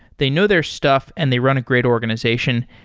they know their stuff and they run a great organization.